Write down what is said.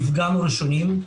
נפגענו ראשונים.